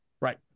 Right